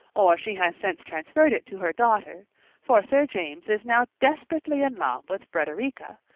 or she has since transferred it to her daughter for sir james is now desperately in love with frederica,